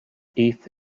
eighth